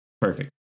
Perfect